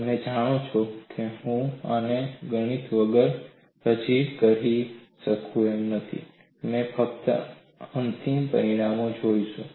તમે જાણો છો હું આને ગણિત વગર રજૂ કરીશ અમે ફક્ત અંતિમ પરિણામો જોઈશું